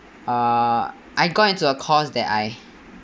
uh I got into a course that I